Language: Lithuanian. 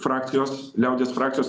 frakcijos liaudies frakcijos